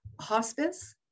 hospice